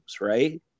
right